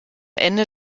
ende